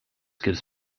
gives